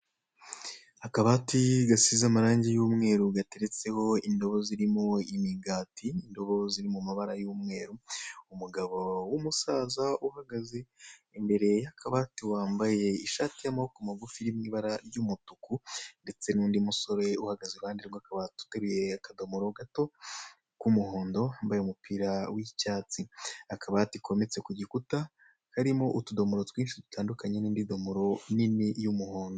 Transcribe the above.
Akabati gasize amarangi y'umweru gateretseho indobo zirimo imigati, indobo ziri mu mabara y'umweru, umugabo w'umusaza uhagaze imbere y'akabati, wambaye ishati y'amaboko magufi iri mu ibara ry'umutuku ndetse n'undi musore uhagaze iruhande rw'akabati uteruye akadomoro gato k'umuhondo, wambaye umupira w'icyatsi. Akabati kometse ku gikuta karimo utudomoro twinshi dutandukanye n'indi domoro nini y'umuhondo.